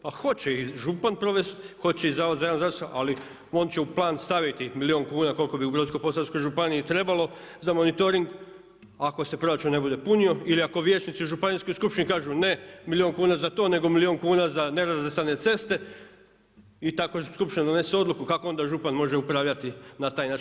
Pa hoće i župan provest, hoće i Zavod za javno zdravstvo, ali on će u plan staviti milijun kuna koliko bi u Brodsko-posavskoj županiji trebalo za monitoring ako se proračun ne bude punio ili ako vijećnici u županijskoj skupštini kažu ne, milijun kuna za to nego milijuna za nerazvrstane ceste i tako skupština donese odluku, kako onda župan može upravljati na taj način.